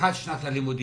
לפתיחת שנת הלימודים.